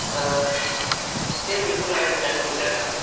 ہاں جی بالکل نیا ڈیزائن مل جائے گا